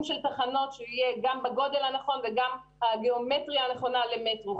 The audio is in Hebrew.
של תחנות שיהיה גם בגודל הכון וגם בגיאומטריה הנכונה למטרו,